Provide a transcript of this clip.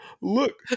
look